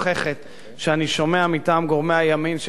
שומע מטעם גורמי הימין שמלווים את המאבק הזה,